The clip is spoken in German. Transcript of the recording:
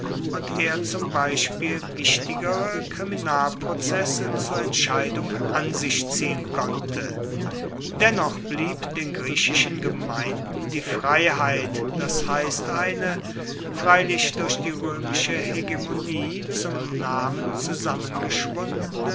und er zum beispiel wichtigere kriminalprozesse zur entscheidung an sich ziehen konnte dennoch blieb den griechischen gemeinden die freiheit das heißt eine freilich durch die römische hegemonie zum namen